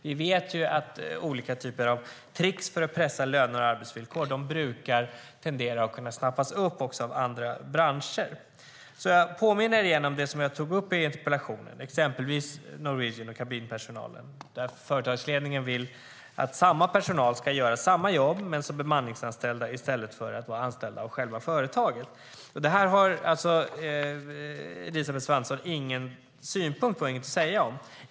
Vi vet ju att olika typer av tricks för att pressa löner och arbetsvillkor tenderar att snappas upp av andra branscher. Jag påminner om det som jag tog upp i interpellationen - det gäller exempelvis Norwegian och kabinpersonalen. Företagsledningen vill att personalen ska göra samma jobb men som bemanningsanställd i stället för att vara anställd av själva företaget. Det här har Elisabeth Svantesson inget att säga om.